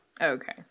Okay